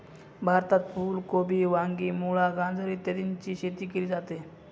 भारतात फुल कोबी, वांगी, मुळा, गाजर इत्यादीची शेती केली जाते